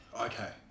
okay